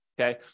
okay